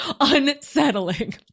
unsettling